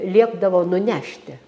liepdavo nunešti